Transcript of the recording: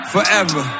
Forever